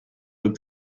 look